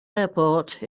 airport